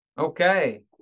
okay